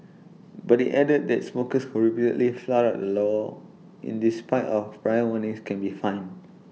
but IT added that smokers who repeatedly flout the law in the spite of prior warnings can be fined